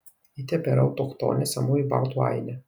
ji tebėra autochtonė senųjų baltų ainė